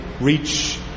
reach